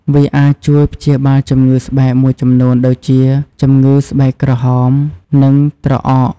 វាអាចជួយព្យាបាលជំងឺស្បែកមួយចំនួនដូចជា ជំងឺស្បែកក្រហម និងត្រអក។